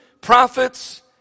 prophets